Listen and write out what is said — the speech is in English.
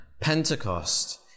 Pentecost